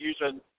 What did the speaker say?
using